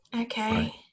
Okay